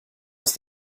aus